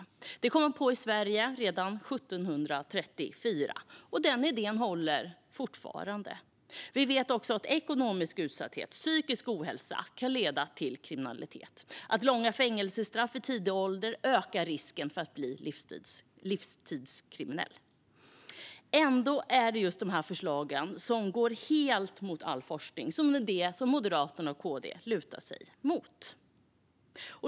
Detta kom man på i Sverige redan 1734, och denna idé håller fortfarande. Vi vet också att ekonomisk utsatthet och psykisk ohälsa kan leda till kriminalitet och att långa fängelsestraff i tidig ålder ökar risken för att en person ska bli livstidskriminell. Ändå är det just dessa förslag, som går helt mot all forskning, som Moderaterna och KD lutar sig mot.